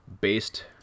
based